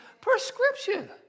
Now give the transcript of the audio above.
prescription